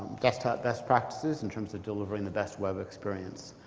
desktop best practices, in terms of delivering the best web experience.